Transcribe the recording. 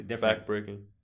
back-breaking